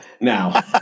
Now